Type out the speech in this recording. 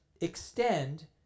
extend